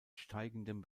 steigendem